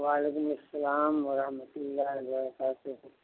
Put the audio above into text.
وعلیکم السلام و رحمت اللہ و برکاتہ